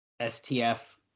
STF